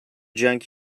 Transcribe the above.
junk